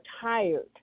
tired